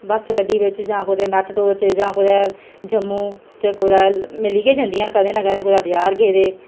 बस गड्डी बिच जां कोई मेटाटोर च जां कुतै जम्मू च कुतै मिली गै जंदियां न कदें नां कदें कुतै बजार गेदे